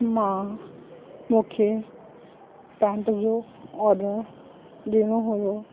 मां मूंखे पेंट जो ऑडर ॾियणो हुओ